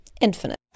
infinite